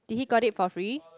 did he got it for free